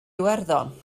iwerddon